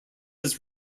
his